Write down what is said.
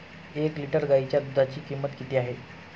एक लिटर गाईच्या दुधाची किंमत किती आहे?